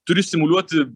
turi simuliuoti